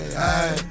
hey